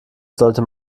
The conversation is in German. sollte